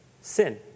sin